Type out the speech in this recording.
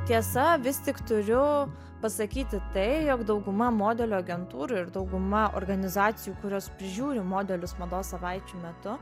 tiesa vis tik turiu pasakyti tai jog dauguma modelių agentūrų ir dauguma organizacijų kurios prižiūri modelius mados savaičių metu